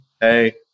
hey